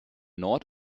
nord